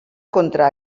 contra